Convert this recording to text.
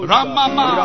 Ramama